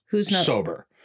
sober